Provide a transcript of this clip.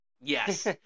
Yes